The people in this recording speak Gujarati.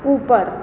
ઉપર